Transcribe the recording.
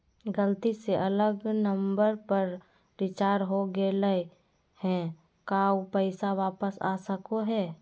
गलती से अलग नंबर पर रिचार्ज हो गेलै है का ऊ पैसा वापस आ सको है?